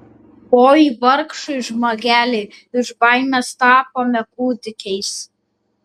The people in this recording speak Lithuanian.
oi vargšai žmogeliai iš baimės tapome kūdikiais